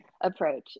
approach